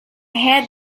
had